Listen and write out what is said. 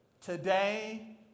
Today